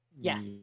Yes